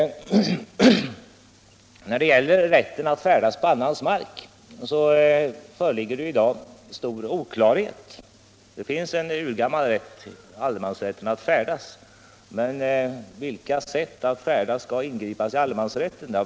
När det gäller rätten att färdas på annans mark föreligger i dag stor oklarhet. Det finns en urgammal allemansrätt, men vilka sätt att färdas skall inbegripas i den?